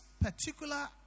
particular